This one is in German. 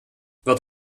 wird